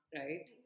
right